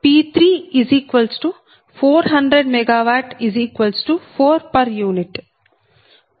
7734 p